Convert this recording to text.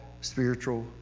spiritual